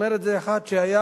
אומר את זה אחד שהיה,